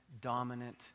dominant